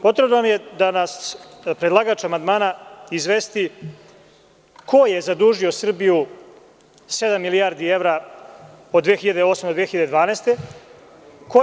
Potrebno je da nas predlagač amandmana izvesti ko je zadužio Srbiju sedam milijardi evra od 2008. do 2012. godine?